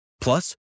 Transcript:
plus